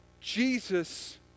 Jesus